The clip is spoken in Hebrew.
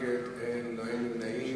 נגד, אין, לא היו נמנעים.